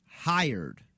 hired –